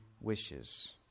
wishes